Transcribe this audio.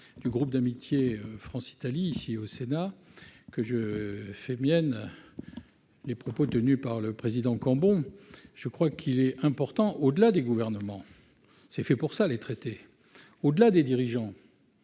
du groupe d'amitié France-Italie ici au Sénat, que je fais miennes les propos tenus par le président Cambon, je crois qu'il est important, au-delà des gouvernements, c'est fait pour ça, les traiter au-delà des dirigeants